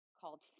called